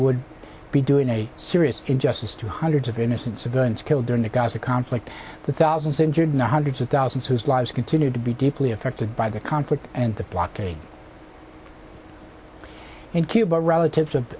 would be doing a serious injustice to hundreds of innocent civilians killed during the gaza conflict the thousands injured in the hundreds of thousands whose lives continue to be deeply affected by the conflict and the blockade in cuba relatives of